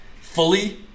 fully